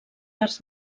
arts